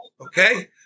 okay